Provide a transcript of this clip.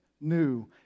new